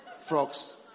frog's